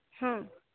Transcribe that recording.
ହଁ